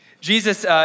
Jesus